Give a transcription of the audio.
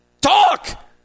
Talk